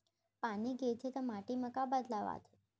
पानी गिरथे ता माटी मा का बदलाव आथे?